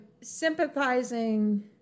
sympathizing